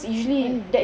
why ah